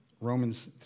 Romans